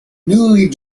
newly